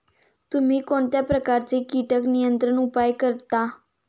तुम्ही कोणत्या प्रकारचे कीटक नियंत्रण उपाय वापरता?